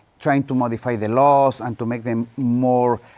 trying to modify the laws and to make them more,